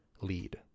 lead